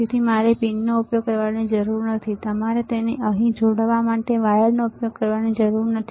તેથી તમારે પિનનો ઉપયોગ કરવાની જરૂર નથી તમારે તેને અહીં જોડવા માટે વાયરનો ઉપયોગ કરવાની જરૂર નથી